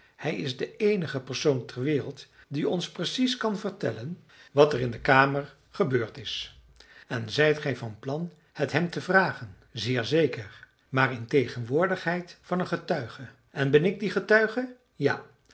hij is de eenige persoon ter wereld die ons precies kan vertellen wat er in de kamer gebeurd is en zijt gij van plan het hem te vragen zeer zeker maar in tegenwoordigheid van een getuige en ben ik die getuige ja